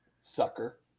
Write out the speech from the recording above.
sucker